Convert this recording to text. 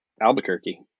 Albuquerque